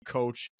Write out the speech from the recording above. coach